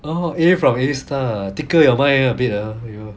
oh A from A star ah tickle your mind a bit lah you know